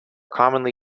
commonly